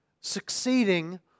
succeeding